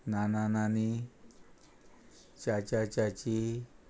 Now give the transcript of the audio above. नाना नानी च्याची